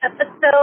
episode